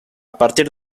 partir